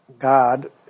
God